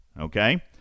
Okay